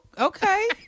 okay